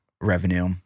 revenue